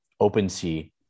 OpenSea